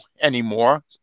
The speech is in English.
anymore